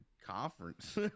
conference